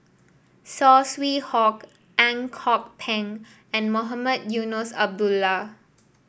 Saw Swee Hock Ang Kok Peng and Mohamed Eunos Abdullah